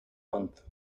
month